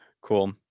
cool